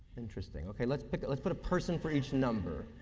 interesting. okay, let's put let's put a person for each number.